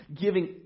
Giving